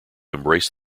embrace